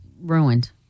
ruined